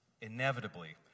inevitably